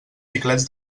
xiclets